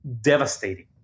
devastating